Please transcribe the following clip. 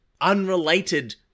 unrelated